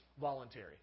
voluntary